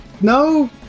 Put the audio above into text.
no